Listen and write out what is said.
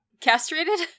Castrated